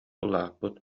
улааппыт